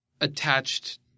attached